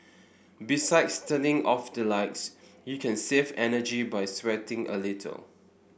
besides turning off the lights you can save energy by sweating a little